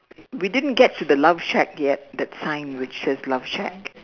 we didn't get to the love shack yet that sign which says love shack